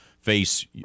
face